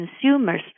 consumers